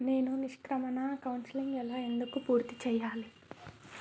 నేను నిష్క్రమణ కౌన్సెలింగ్ ఎలా ఎందుకు పూర్తి చేయాలి?